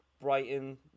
Brighton